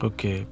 Okay